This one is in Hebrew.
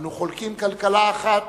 אנחנו חולקים כלכלה אחת,